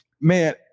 man